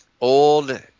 old